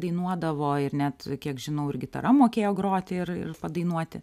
dainuodavo ir net kiek žinau ir gitara mokėjo groti ir ir padainuoti